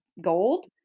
gold